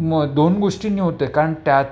म दोन गोष्टींनी होत्या कारण त्यात